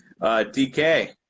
DK